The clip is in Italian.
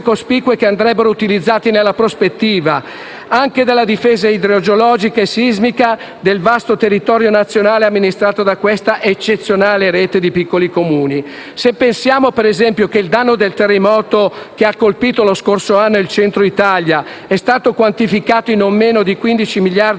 cospicue che andrebbero utilizzate nella prospettiva, anche della difesa idrogeologica e sismica del vasto territorio nazionale amministrato dalla eccezionale rete di piccoli Comuni. Se pensiamo che il danno del terremoto che ha colpito lo scorso anno l'Italia centrale è stato già quantificato in non meno di 15 miliardi